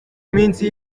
minsi